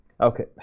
Okay